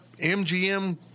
MGM